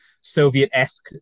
Soviet-esque